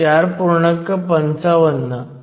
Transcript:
तर τg हे 1 micro second आहे